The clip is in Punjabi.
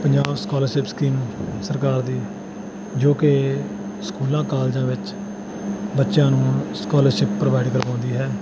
ਪੰਜਾਬ ਸਕੋਲਰਸ਼ਿਪ ਸਕੀਮ ਸਰਕਾਰ ਦੀ ਜੋ ਕਿ ਸਕੂਲਾਂ ਕਾਲਜਾਂ ਵਿੱਚ ਬੱਚਿਆਂ ਨੂੰ ਸਕੋਲਰਸ਼ਿਪ ਪ੍ਰੋਵਾਈਡ ਕਰਵਾਉਂਦੀ ਹੈ